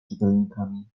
czytelnikami